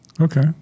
Okay